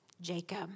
Jacob